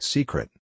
Secret